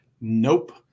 Nope